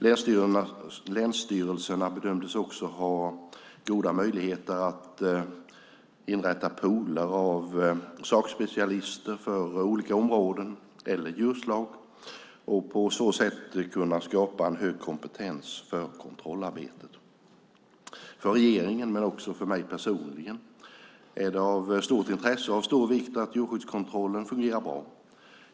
Länsstyrelserna bedömdes också ha goda möjligheter att inrätta pooler av sakspecialister för olika områden eller djurslag och på så sätt kunna skapa en hög kompetens för kontrollarbetet. För regeringen och också för mig personligen är det av stort intresse och av stor vikt att djurskyddskontrollen fungerar bra.